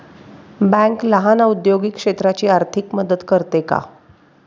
Bank लहान औद्योगिक क्षेत्राची आर्थिक मदत करते का?